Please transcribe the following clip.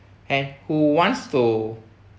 and who wants to